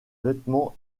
vêtements